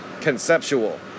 Conceptual